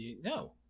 no